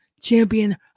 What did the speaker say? champion